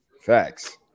Facts